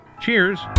cheers